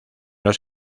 los